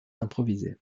improvisées